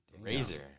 Razor